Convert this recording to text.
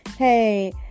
Hey